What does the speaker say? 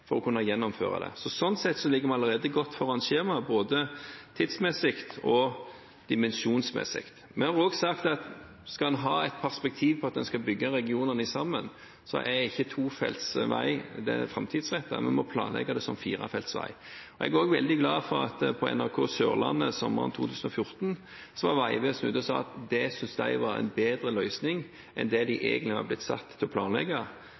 for å kunne gjennomføre det. Slik sett ligger vi allerede godt foran skjema, både tidsmessig og dimensjonsmessig. Vi har også sagt at skal en ha det perspektivet at en skal bygge regionene sammen, er ikke tofelts vei framtidsrettet. Vi må planlegge den som firefelts vei. Jeg er veldig glad for at på NRK Sørlandet sommeren 2014 sa Vegvesenet at de syntes det var en bedre løsning enn det de egentlig var blitt satt til å planlegge,